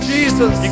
Jesus